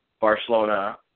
Barcelona